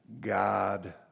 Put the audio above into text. God